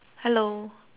hello